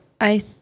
I